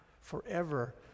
forever